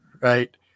right